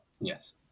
Yes